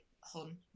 Hun